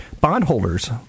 Bondholders